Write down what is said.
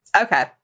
Okay